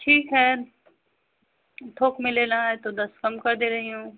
ठीक है थोक में लेना है तो दस कम कर दे रही हूँ